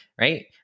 right